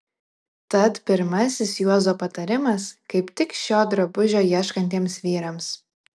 tad pirmasis juozo patarimas kaip tik šio drabužio ieškantiems vyrams